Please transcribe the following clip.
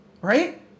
Right